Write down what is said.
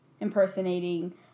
impersonating